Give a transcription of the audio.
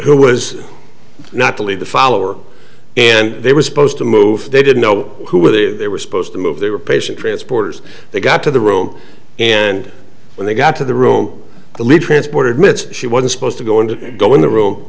who was not the lead the follower and they were supposed to move they didn't know who were the they were supposed to move they were patient transporters they got to the room and when they got to the room the lead transport admits she wasn't supposed to go in to go in t